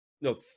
No